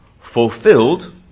fulfilled